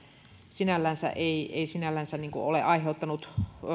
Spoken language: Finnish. sinällänsä ei ei ole aiheuttanut